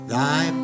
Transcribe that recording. Thy